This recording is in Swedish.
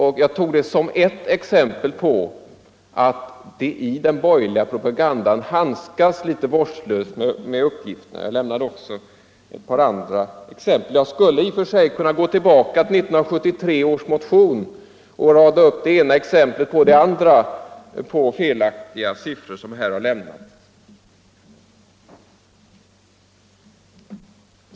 Detta tog jag som ett exempel på att man i den borgerliga propagandan handskas litet vårdslöst med uppgifterna; jag lämnade också ett par andra exempel. I och för sig skulle jag kunna gå tillbaka till 1973 års motion och rada upp det ena exemplet efter det andra på felaktiga uppgifter från borgerligt håll.